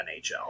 NHL